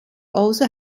also